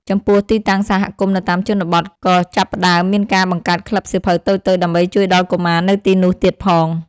ចំពោះ ទីតាំងសហគមន៍នៅតាមជនបទ ក៏ចាប់ផ្ដើមមានការបង្កើតក្លឹបសៀវភៅតូចៗដើម្បីជួយដល់កុមារនៅទីនោះទៀតផង។